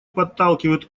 подталкивают